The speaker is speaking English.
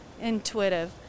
intuitive